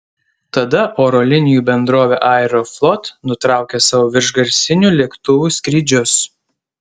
tada oro linijų bendrovė aeroflot nutraukė savo viršgarsinių lėktuvų skrydžius